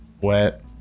wet